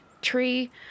Tree